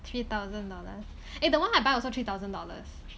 three thousand dollars eh the one I buy also three thousand dollars